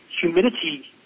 humidity